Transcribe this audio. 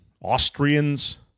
Austrians